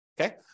okay